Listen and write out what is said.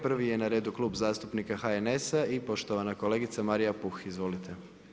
Prvi je na redu Klub zastupnika HNS-a i poštovana kolegica Marija Puh, izvolite.